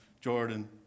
Jordan